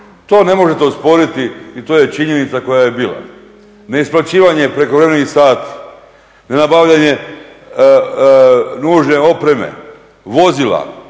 To ne možete osporiti i to je činjenica koja je bila. Neisplaćivanje prekovremenih sati, nenabavljanje nužne opreme, vozila.